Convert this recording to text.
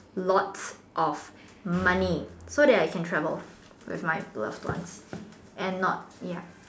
lots of money so that I can travel with my loved ones and not ya